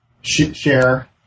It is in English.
share